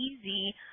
easy